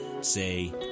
say